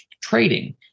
trading